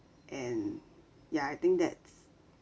and ya I think that's